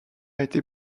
été